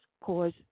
cause